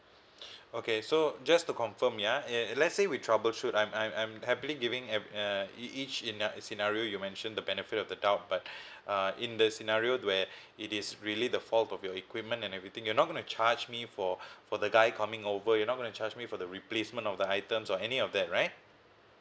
okay so just to confirm ya uh let's say we troubleshoot I'm I'm I'm happily giving uh each in a scenario you mention the benefit of the doubt but uh in the scenario where it is really the fault of your equipment and everything you're not gonna charge me for for the guy coming over you're not gonna charge me for the replacement of the items or any of that right